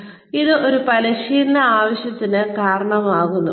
കൂടാതെ അത് ഒരു പരിശീലന ആവശ്യത്തിന് കാരണമാകുന്നു